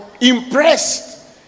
impressed